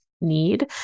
need